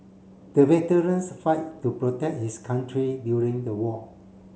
the veterans fight to protect his country during the war